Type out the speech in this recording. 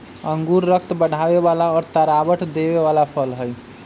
अंगूर रक्त बढ़ावे वाला और तरावट देवे वाला फल हई